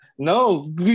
No